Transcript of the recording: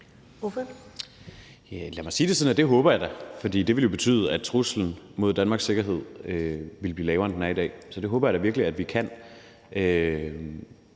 Kjær (S): Lad mig sige det sådan, at det håber jeg da. For det ville jo betyde, at truslen mod Danmarks sikkerhed ville blive lavere, end den er i dag. Så det håber jeg da virkelig at vi kan